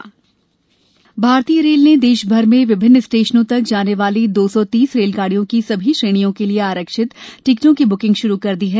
rail आरक्षण भारतीय rail ने देशभर में विभिन्न स्टेशनों तक जाने वाली दो सौ तीस रेलगाड़ियों की सभी श्रेणियों के लिए आरक्षित टिकटों की बुकिंग शुरू कर दी है